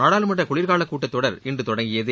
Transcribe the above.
நாடாளுமன்ற குளிர்கால கூட்டத்தொடர் இன்று தொடங்கியது